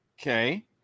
okay